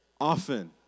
often